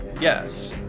Yes